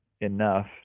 enough